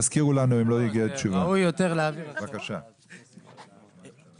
אם לא הגיעה תשובה, תזכירו לנו.